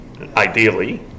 ideally